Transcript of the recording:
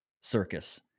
circus